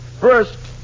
First